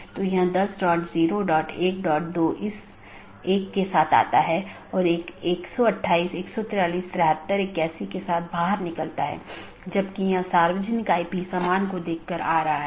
इसलिए यदि यह बिना मान्यता प्राप्त वैकल्पिक विशेषता सकर्मक विशेषता है इसका मतलब है यह बिना किसी विश्लेषण के सहकर्मी को प्रेषित किया जा रहा है